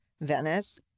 Venice